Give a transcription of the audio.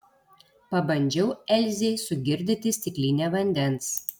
pabandžiau elzei sugirdyti stiklinę vandens